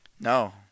No